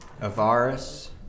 Avaris